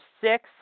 six